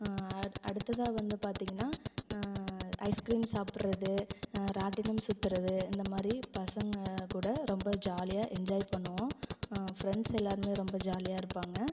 அடு அடுத்ததாக வந்து பார்த்தீங்கனா ஐஸ்க்ரீம் சாப்பிடறது ராட்டினம் சுத்துறது இந்தமாதிரி பசங்கள்கூட ரொம்ப ஜாலியாக எஞ்ஜாய் பண்ணுவோம் ஃப்ரண்ட்ஸ் எல்லாருமே ரொம்ப ஜாலியாக இருப்பாங்க